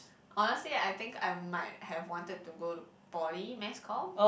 honestly I think I might have wanted to go to poly mass comm